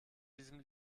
diesem